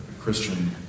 Christian